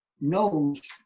knows